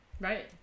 right